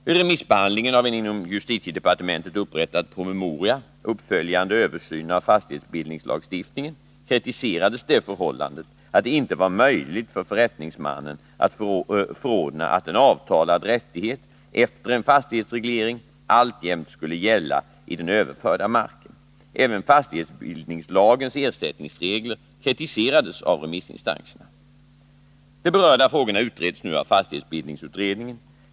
Vid remissbehandlingen av en inom justitiedepartementet upprättad promemoria , Uppföljande översyn av fastighetsbildningslagstiftningen, kritiserades det förhållandet att det inte var möjligt för förrättningsmannen att förordna att en avtalad rättighet efter en fastighetsreglering alltjämt skulle gälla i den överförda marken. Även fastighetsbildningslagens ersättningsregler kritiserades av remissinstanserna. De berörda frågorna utreds nu av fastighetsbildningsutredningen.